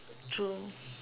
true